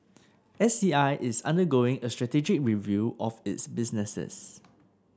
S C I is undergoing a strategic review of its businesses